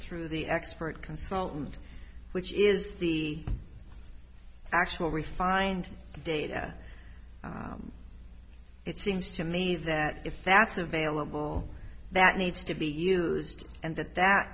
through the expert consultant which is the actual refined data it seems to me that if that's available that needs to be used and that that